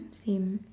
same